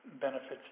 benefits